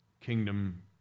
kingdom